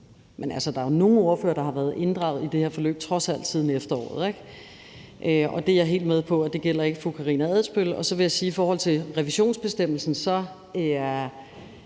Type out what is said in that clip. der er jo nogle ordførere, der trods alt har været inddraget i det her forløb siden efteråret. Det er jeg helt med på ikke gælder fru Karina Adsbøl. Så vil jeg sige i forhold til revisionsbestemmelsen, at vi